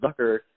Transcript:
Zucker